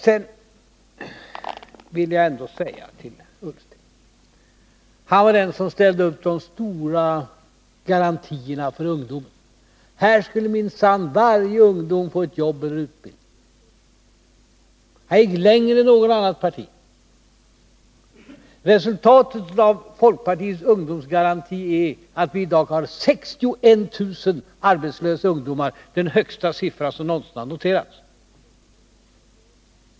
Sedan vill jag ändå säga några ord till Ola Ullsten — han var den som ställde ut de stora garantierna för ungdomen. Här skulle minsann varje ung människa få ett jobb eller utbildning. Han gick längre än företrädare för något annat parti. Resultatet av folkpartiets ungdomsgaranti är att vi i dag har 61 000 arbetslösa ungdomar — den högsta siffra som någonsin har noterats.